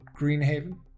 Greenhaven